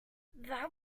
that